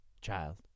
child